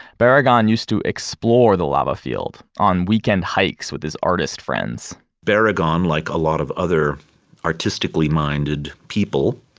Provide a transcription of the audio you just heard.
barragan used to explore the lava field on weekend hikes with his artist friends barragan, like a lot of other artistically-minded people,